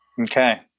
Okay